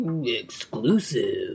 Exclusive